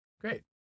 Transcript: Great